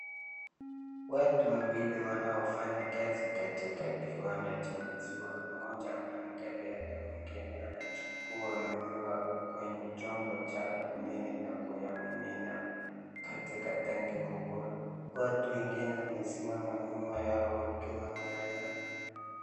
Watu wawili wanaofanya kazi katika kiwanda cha maziwa. Mmoja anaangalia na mwingine anachukua maziwa kwenye chombo cha alumini na kuyamimina katika tanki kubwa. Watu wengine wamesimama nyuma yao wakiwaangalia.